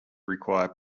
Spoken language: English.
require